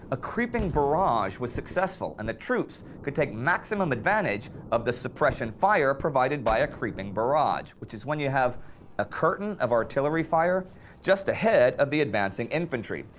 a creeping barrage was successful and the troops could take maximum advantage of the suppression fire provided by a creeping barrage, which is when you have a curtain of artillery fire just ahead of advancing infantry,